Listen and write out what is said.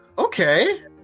Okay